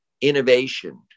innovation